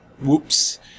Whoops